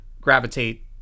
gravitate